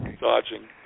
dodging